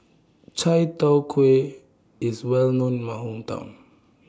Chai Tow Kway IS Well known in My Hometown